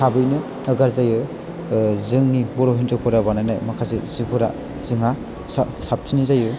थाबैनो गाज्रि जायो जोंनि बर' हिनजावफोरा बानायनाय माखासे जिफोरा जोंहा सा साबसिन जायो